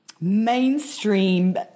mainstream